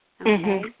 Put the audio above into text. Okay